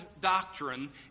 doctrine